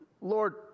Lord